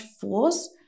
force